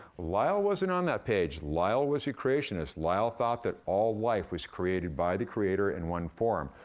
lyell wasn't on that page. lyell was a creationist. lyell thought that all life was created by the creator in one form,